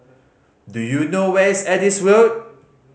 do you know where is Adis Road